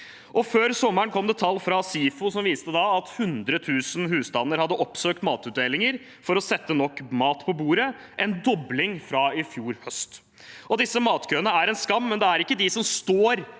Før sommeren kom det tall fra SIFO som viste at 100 000 husstander hadde oppsøkt matutdelinger for å sette nok mat på bordet – en dobling fra i fjor høst. Disse matkøene er en skam, men det er ikke de som står